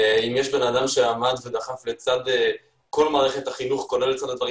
מי שהיה לצד מערכת החינוך, כולל בדברים